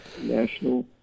national